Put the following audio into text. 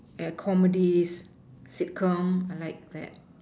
eh comedies sitcom I like that